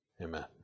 Amen